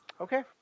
okay